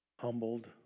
humbled